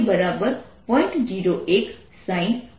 01 sin50t છે